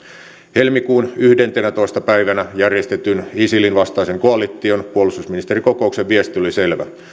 helmikuun yhdentenätoista päivänä järjestetyn isilin vastaisen koalition puolustusministerikokouksen viesti oli selvä